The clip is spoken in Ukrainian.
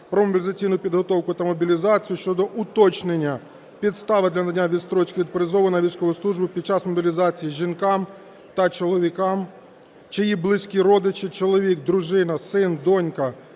"Про мобілізаційну підготовку та мобілізацію" щодо уточнення підстави для надання відстрочки від призову на військову службу під час мобілізації жінкам та чоловікам, чиї близькі родичі (чоловік, дружина, син, донька,